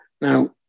Now